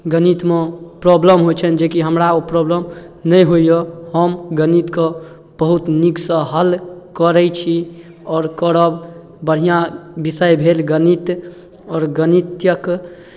गणितमे प्रॉब्लम होइत छनि जेकि हमरा ओ प्रॉब्लम नहि होइए हम गणितके बहुत नीकसँ हल करै छी आओर करब बढ़िआँ विषय भेल गणित आओर गणितक